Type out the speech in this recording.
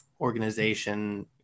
organization